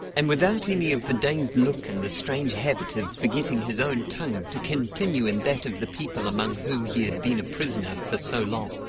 and without any of the dazed look and the strange habit of forgetting his own tongue to continue in that of the people among whom he had been a prisoner for so long.